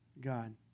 God